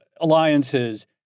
alliances